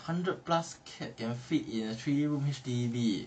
hundred plus cats can fit in a three room H_D_B